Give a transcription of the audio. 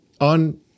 on